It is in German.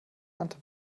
ernte